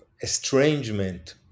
estrangement